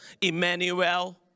Emmanuel